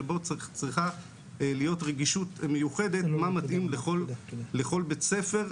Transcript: שבהם צריכה להיות רגישות מיוחדת מה מתאים לכל בית ספר,